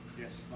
yes